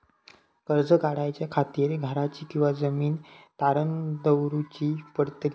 कर्ज काढच्या खातीर घराची किंवा जमीन तारण दवरूची पडतली?